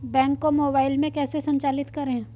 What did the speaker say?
Bank को mobile में कैसे संचालित करें?